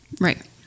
Right